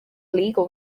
legal